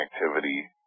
activity